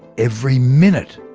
every minute.